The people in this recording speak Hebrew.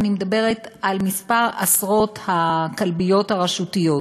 אני מדברת על מספר עשרות הכלביות הרשותיות,